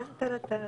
מזל טוב,